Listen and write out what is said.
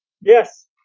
Yes